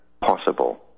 possible